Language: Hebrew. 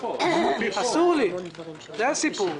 זה הסיפור.